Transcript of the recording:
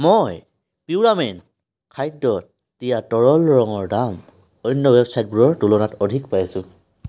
মই পিউৰামেট খাদ্যত দিয়া তৰল ৰঙৰ দাম অন্য ৱেবচাইটবোৰৰ তুলনাত অধিক পাইছোঁ